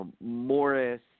Morris